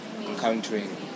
encountering